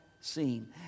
seen